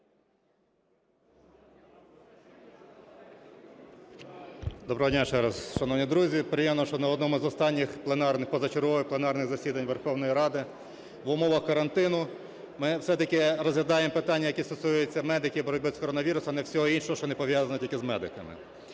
Доброго дня ще раз, шановні друзі. Приємно, що на одному з останніх позачергових пленарних засідань Верховної Ради в умовах карантину ми все-таки розглядаємо питання, які стосуються медиків, боротьби з коронавірусом, а не всього іншого, що не пов'язано тільки з медиками.